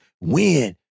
win